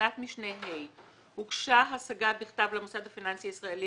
בתקנת משנה (ה): הוגשה השגה בכתב למוסד הפיננסי הישראלי